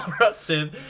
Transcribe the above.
Rustin